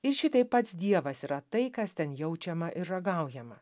ir šitaip pats dievas yra tai kas ten jaučiama ir ragaujama